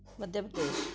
Madhya Pradesh